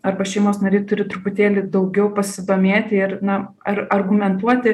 arba šeimos nariai turi truputėlį daugiau pasidomėti ir na ar argumentuoti